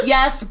Yes